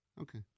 Okay